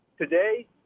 today